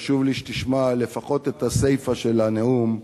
חשוב לי שתשמע לפחות את הסיפא של הנאום.